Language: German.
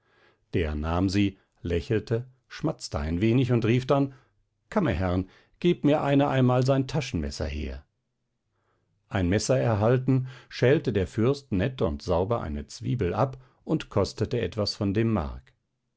der nahm sie lächelte schmatzte ein wenig und rief dann kammerherrn geb mir einer einmal sein taschenmesser her ein messer erhalten schälte der fürst nett und sauber eine zwiebel ab und kostete etwas von dem mark